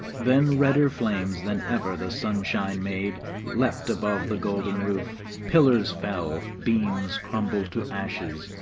then redder flames than ever the sunshine made leapt above the golden roof pillars fell, beams crumbled to ashes,